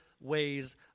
ways